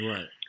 Right